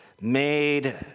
made